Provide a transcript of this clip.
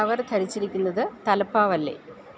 അവർ ധരിച്ചിരിക്കുന്നത് തലപ്പാവല്ലെ